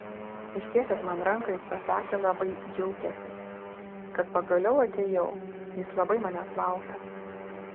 ištiesęs man ranką jis pasakė labai džiaugiąsis kad pagaliau atėjau jis labai manęs laukęs